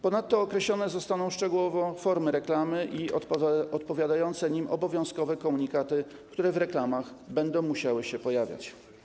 Ponadto określone zostaną szczegółowo formy reklamy i odpowiadające im obowiązkowe komunikaty, które w reklamach będą musiały się pojawiać.